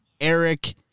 Eric